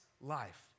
life